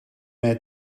mij